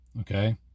Okay